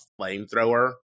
flamethrower